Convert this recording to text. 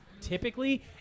typically